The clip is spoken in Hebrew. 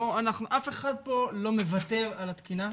אף אחד פה לא מוותר על התקינה,